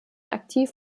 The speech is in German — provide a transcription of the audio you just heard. aktiv